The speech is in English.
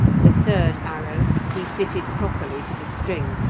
the third arrow he fitted properly to the string,